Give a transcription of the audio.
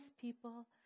people